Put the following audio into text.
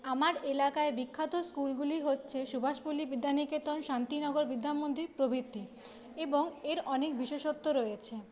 আমার এলাকায় বিখ্যাত স্কুলগুলি হচ্ছে সুভাষপল্লী বিদ্যানিকেতন শান্তিনগর বিদ্যামন্দির প্রভৃতি এবং এর অনেক বিশেষত্ব রয়েছে